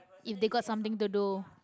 if they got something to do